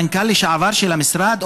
המנכ"ל לשעבר של המשרד,